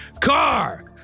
Car